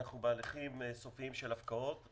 אנחנו בהליכים סופיים של הפקעות.